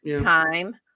time